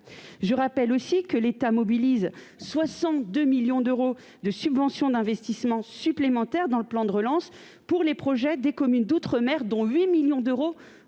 le rappelle également, l'État mobilise 62 millions d'euros de subventions d'investissement supplémentaires dans le plan de relance pour les projets des communes d'outre-mer ; 8 millions d'euros